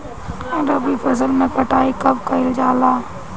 रबी फसल मे कटाई कब कइल जाला?